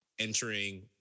Entering